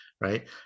right